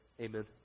Amen